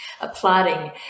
applauding